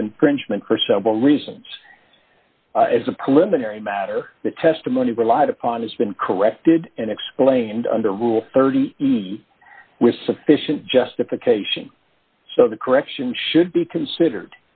of infringement for several reasons as a preliminary matter the testimony relied upon has been corrected and explained under rule thirty with sufficient justification so the correction should be considered